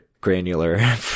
granular